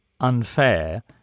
unfair